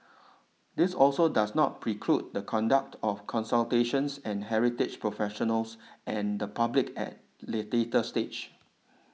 this also does not preclude the conduct of consultations and heritage professionals and the public at lay data stage